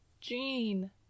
Jean